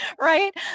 right